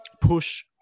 push